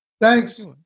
Thanks